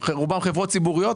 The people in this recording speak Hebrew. חברות ציבוריות.